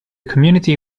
community